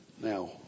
Now